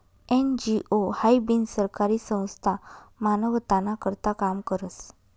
NGO हाई बिनसरकारी संस्था मानवताना करता काम करस